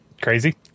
crazy